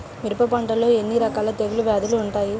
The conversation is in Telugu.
మిరప పంటలో ఎన్ని రకాల తెగులు వ్యాధులు వుంటాయి?